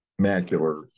macular